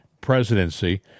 presidency